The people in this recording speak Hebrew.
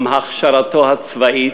גם הכשרתו הצבאית,